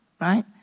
right